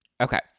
Okay